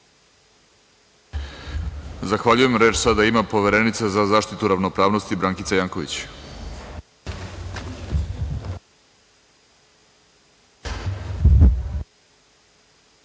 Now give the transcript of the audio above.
Zahvaljujem. Reč ima Poverenica za zaštitu ravnopravnosti Brankica Janković.